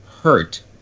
Hurt